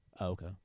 Okay